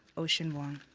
ocean vuong.